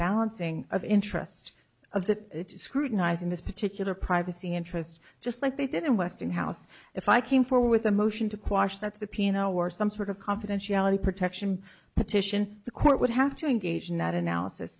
balancing of interest of that scrutinizing this particular privacy interests just like they did in westinghouse if i came forward with a motion to quash that subpoena or some sort of confidentiality protection petition the court would have to engage in that analysis